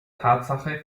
tatsache